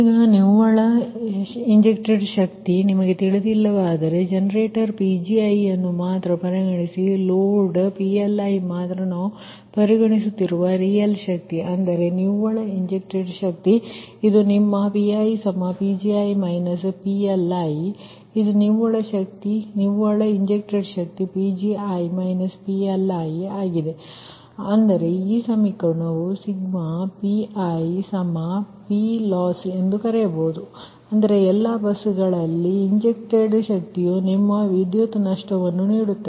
ಈಗ ನಿವ್ವಳ ಇಂಜೆಕ್ಟೆಡ್ ಶಕ್ತಿ ನಿಮಗೆ ತಿಳಿದಿಲ್ಲವಾದರೆ ಜನರೇಟರ್ Pgi ಅನ್ನು ಮಾತ್ರ ಪರಿಗಣಿಸಿ ಮತ್ತು ಲೋಡ್ PLi ಮಾತ್ರ ನಾವು ಪರಿಗಣಿಸುತ್ತಿರುವ ರಿಯಲ್ ಶಕ್ತಿ ಅಂದರೆ ನಿವ್ವಳ ಇಂಜೆಕ್ಟೆಡ್ ಶಕ್ತಿ ಇದು ನಿಮ್ಮ PiPgi PLi ಅದು ನಿಮ್ಮ ನಿವ್ವಳ ಇಂಜೆಕ್ಟೆಡ್ ಶಕ್ತಿ Pgi PLi ಅಂದರೆ ಈ ಸಮೀಕರಣವನ್ನು i1mPiPlossಎಂದು ಬರೆಯಬಹುದು ಅಂದರೆ ಎಲ್ಲಾ ಬಸ್ಗಳಲ್ಲಿ ಇಂಜೆಕ್ಟೆಡ್ ಶಕ್ತಿಯು ನಿಮಗೆ ವಿದ್ಯುತ್ ನಷ್ಟವನ್ನು ನೀಡುತ್ತದೆ